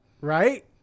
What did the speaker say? Right